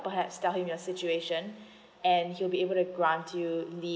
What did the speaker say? perhaps tell him the situation and you'll be able to grant you leave